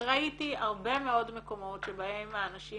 וראיתי הרבה מאוד מקומות שבהם האנשים